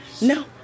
No